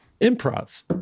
Improv